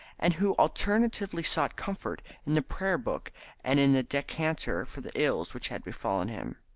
and who alternately sought comfort in the prayer-book and in the decanter for the ills which had befallen him.